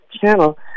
Channel